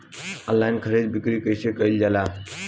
Online खरीद बिक्री कइसे कइल जाला?